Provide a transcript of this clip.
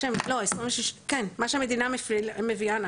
כן, מה שהמדינה מביאה.